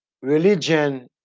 religion